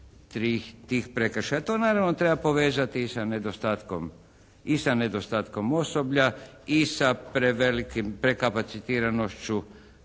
tri tih prekršaja. To naravno treba povezati i sa nedostatkom i sa nedostatkom osoblja i sa prevelikim, prekapacitiranošću